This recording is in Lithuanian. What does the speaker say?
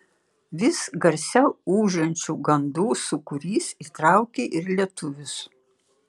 vis garsiau ūžiančių gandų sūkurys įtraukė ir lietuvius